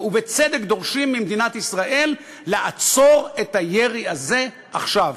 ובצדק דורשים ממדינת ישראל לעצור את הירי הזה עכשיו.